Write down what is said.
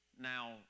Now